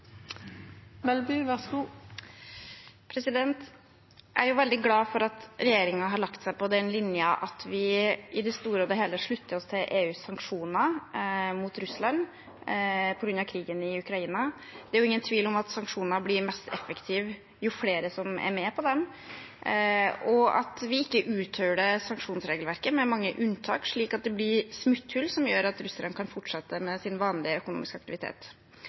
veldig glad for at regjeringen har lagt seg på den linjen at vi i det store og hele slutter oss til EUs sanksjoner mot Russland på grunn av krigen i Ukraina. Det er ingen tvil om at sanksjoner blir mest effektive jo flere som er med på dem, og vi må ikke uthule sanksjonsregelverket med mange unntak, slik at det blir smutthull som gjør at russerne kan fortsette med sin vanlige økonomiske aktivitet.